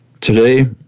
Today